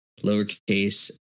lowercase